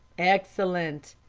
excellent.